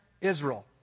Israel